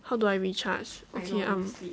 how do I recharge okay um